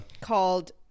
called